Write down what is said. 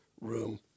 room